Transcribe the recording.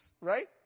right